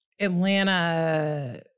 Atlanta